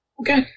Okay